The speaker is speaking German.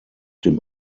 dem